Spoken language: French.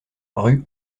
rue